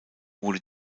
wurde